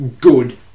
good